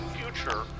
future